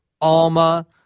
Alma